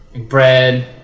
bread